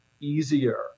easier